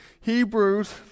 Hebrews